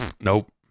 nope